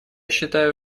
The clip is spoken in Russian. считаю